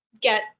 get